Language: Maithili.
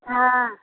हाँ